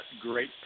great